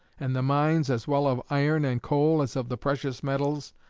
and the mines, as well of iron and coal as of the precious metals,